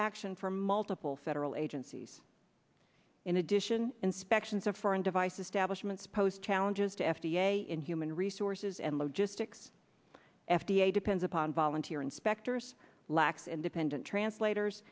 action from multiple federal agencies in addition inspections of foreign devices stablish months post challenges to f d a in human resources and logistics f d a depends upon volunteer inspectors lacks independent translators